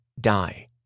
Die